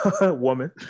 woman